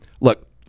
look